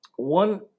One